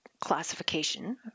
classification